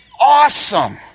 awesome